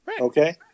Okay